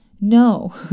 No